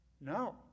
No